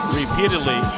repeatedly